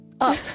Up